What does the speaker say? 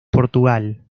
portugal